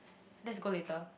let's go later